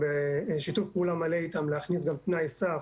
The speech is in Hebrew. ובשיתוף פעולה מלא איתם, להכניס גם תנאי סף